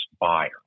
buyer